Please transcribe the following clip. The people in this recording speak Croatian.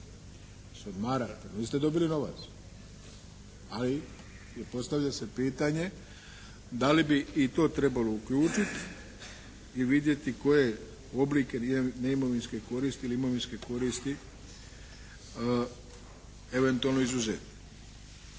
se odmara, niste dobili novac. Ali je, postavlja se pitanje da li bi i to trebalo uključiti i vidjeti koje oblike neimovinske koristi ili imovinske koristi eventualno izuzeti.